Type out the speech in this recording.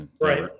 Right